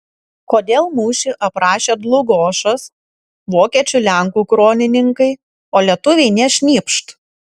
kodėl mūšį aprašė dlugošas vokiečių lenkų kronikininkai o lietuviai nė šnypšt